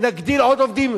נגדיל עוד את מספר העובדים,